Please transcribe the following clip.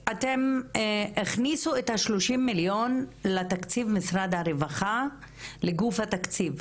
--- הכניסו את ה-30 לתקציב משרד הרווחה לגוף התקציב.